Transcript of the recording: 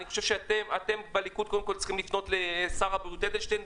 אני חושב שאתם בליכוד קודם כל צריכים לפנות לשר הבריאות אדלשטיין.